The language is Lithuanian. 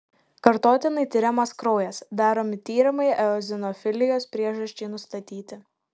kartotinai tiriamas kraujas daromi tyrimai eozinofilijos priežasčiai nustatyti